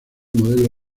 modelo